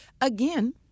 Again